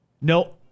No